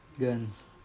Guns